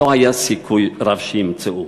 לא היה סיכוי רב שימצאו.